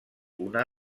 una